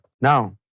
Now